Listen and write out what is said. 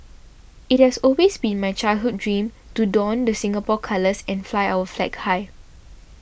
it has always been my childhood dream to don the Singapore colours and fly our flag high